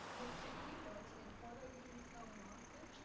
ms. stuive yeah will attend quarterly meetings held in austin,